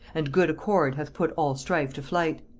and good accord hath put all strife to flight,